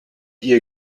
ihr